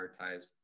prioritized